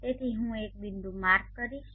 તેથી હું એક બિંદુ માર્ક કરીશ